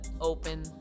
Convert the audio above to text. open